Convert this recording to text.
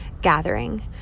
gathering